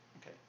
Okay